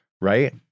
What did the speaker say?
right